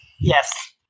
Yes